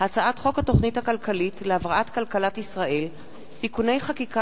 הצעת חוק התוכנית הכלכלית להבראת כלכלת ישראל (תיקוני חקיקה